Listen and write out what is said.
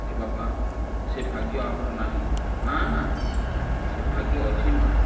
ଏ ବାପା ସେ ଭାଗ୍ୟ ଆମର ନାହିଁ ନା ନା ସେ ଭାଗ୍ୟ ଅଛି ମା'